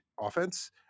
offense